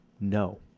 No